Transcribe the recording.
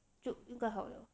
就应该好了